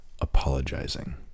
apologizing